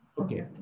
Okay